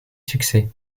succès